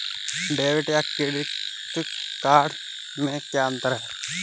Debit या credit card में क्या अन्तर है?